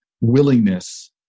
willingness